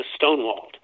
stonewalled